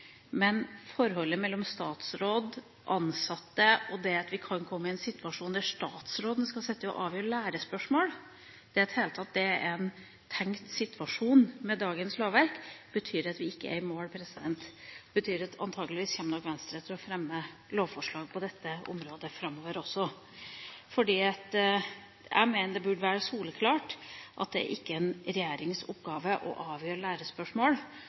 Men forholdet mellom statsråd, ansatte og det at vi kan komme i en situasjon der statsråden skal sitte og avgjøre lærespørsmål, at det er en tenkt situasjon med dagens lovverk, betyr at vi ikke er i mål. Det betyr at antakeligvis kommer Venstre til å fremme lovforslag på dette området framover også. Jeg mener det burde være soleklart at det ikke er en regjerings oppgave å avgjøre